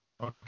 Okay